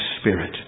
spirit